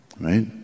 right